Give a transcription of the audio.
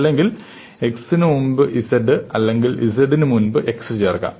അല്ലെങ്കിൽ x ന് മുമ്പ് z അല്ലെങ്കിൽ z ന് മുമ്പ് x ചേർക്കാം